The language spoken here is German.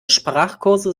sprachkurse